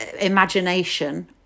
imagination